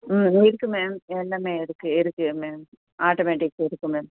ம் இருக்கு மேம் எல்லாமே இருக்கு இருக்கு மேம் ஆடோமேடிக் இருக்கு மேம்